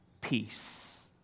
peace